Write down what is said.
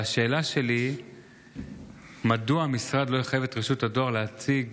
והשאלה שלי מדוע המשרד לא יחייב את רשות הדואר להציג